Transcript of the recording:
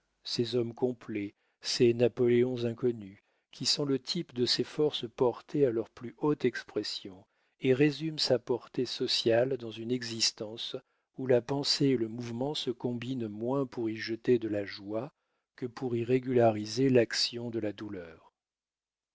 ses hommes complets ses napoléons inconnus qui sont le type de ses forces portées à leur plus haute expression et résument sa portée sociale dans une existence où la pensée et le mouvement se combinent moins pour y jeter de la joie que pour y régulariser l'action de la douleur